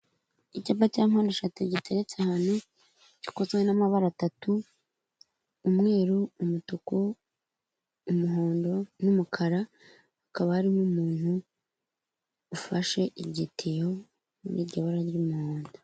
Icyapa cya mpandeshatu giteretse ahantu, gikozwe n'amabara atatu, umweru, umutuku, umuhondo n'umukara, hakaba harimo umuntu ufashe igitiyo muri iryo barara ry'umuhondo.